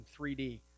3D